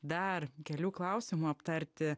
dar kelių klausimų aptarti